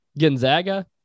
Gonzaga